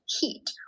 heat